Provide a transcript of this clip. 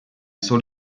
solo